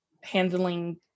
handling